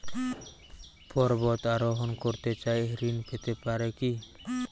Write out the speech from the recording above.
পর্বত আরোহণ করতে চাই ঋণ পেতে পারে কি?